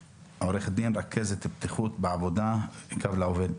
רכזת בטיחות בעבודה בקו לעובד,